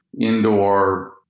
indoor